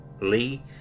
Lee